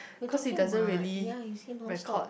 we are talking what ya you say non-stop